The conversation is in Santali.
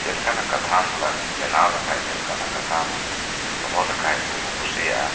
ᱪᱮᱫ ᱞᱮᱠᱟᱱᱟᱜ ᱠᱟᱛᱷᱟᱢ ᱵᱮᱱᱟᱣ ᱞᱮᱠᱷᱟᱱ ᱪᱮᱫ ᱞᱮᱠᱟᱱᱟᱜ ᱠᱟᱛᱷᱟᱢ ᱫᱚᱦᱚ ᱞᱮᱠᱟᱡ ᱩᱱᱠᱩ ᱠᱚ ᱠᱩᱥᱤᱭᱟᱜᱼᱟ